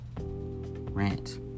rant